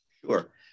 Sure